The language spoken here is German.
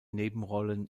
nebenrollen